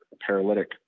paralytic